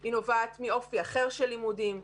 היא נובעת מאופי אחר של לימודים.